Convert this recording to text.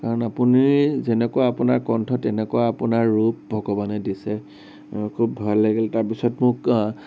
কাৰণ আপুনি যেনেকুৱা আপোনাৰ কণ্ঠ যেনেকুৱা তেনেকুৱা আপোনাৰ ৰূপ ভগৱানে দিছে ও খুব ভাল লাগিল তাৰপিছত মোক